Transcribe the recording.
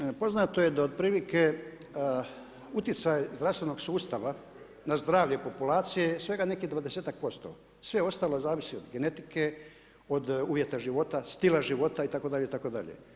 Dakle, poznato je da otprilike utjecaj zdravstvenog sustav na zdravlje populacije je svega nekih 20-ak posto, sve ostalo zavisi od genetike, od uvjeta života, stila života itd., itd.